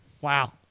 wow